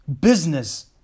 business